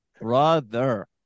brother